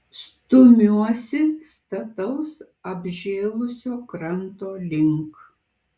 stumiuosi stataus apžėlusio kranto link